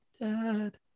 Dad